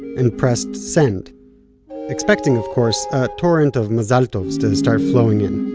and pressed send expecting of course a torrent of mazal tovs to start flowing in